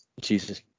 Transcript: Jesus